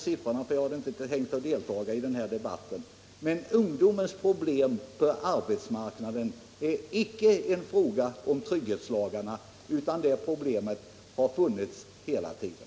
Men jag kan ändå säga att ungdomens problem på arbetsmarknaden inte beror på trygghetslagarna, utan det problemet har funnits hela tiden.